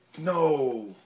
No